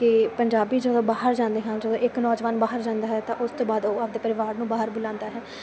ਕਿ ਪੰਜਾਬੀ ਜਦੋਂ ਬਾਹਰ ਜਾਂਦੇ ਹਨ ਜਦੋਂ ਇੱਕ ਨੌਜਵਾਨ ਬਾਹਰ ਜਾਂਦਾ ਹੈ ਤਾਂ ਉਸ ਤੋਂ ਬਾਅਦ ਉਹ ਆਪਦੇ ਪਰਿਵਾਰ ਨੂੰ ਬਾਹਰ ਬੁਲਾਉਂਦਾ ਹੈ